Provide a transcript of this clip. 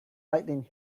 lightning